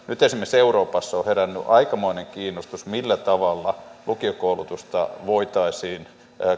nyt esimerkiksi euroopassa on on herännyt aikamoinen kiinnostus millä tavalla lukiokoulutusta voitaisiin